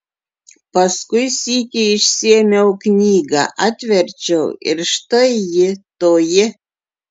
paskui sykį išsiėmiau knygą atverčiau ir štai ji toji